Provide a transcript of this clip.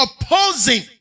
opposing